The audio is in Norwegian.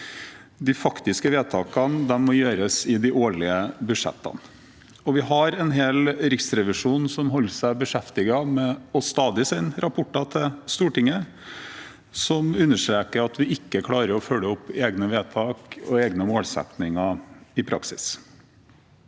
De faktiske vedtakene må gjøres i de årlige budsjettene. Vi har en hel riksrevisjon som holder seg beskjeftiget med stadig å sende rapporter til Stortinget som understreker at vi ikke klarer å følge opp egne vedtak og egne målsettinger i praksis.